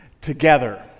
Together